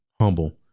humble